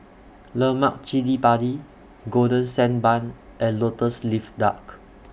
Lemak Cili Padi Golden Sand Bun and Lotus Leaf Duck